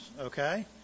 okay